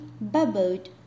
bubbled